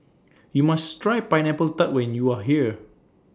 YOU must Try Pineapple Tart when YOU Are here